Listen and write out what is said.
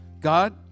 God